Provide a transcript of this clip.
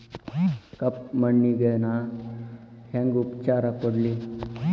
ಕಪ್ಪ ಮಣ್ಣಿಗ ನಾ ಹೆಂಗ್ ಉಪಚಾರ ಕೊಡ್ಲಿ?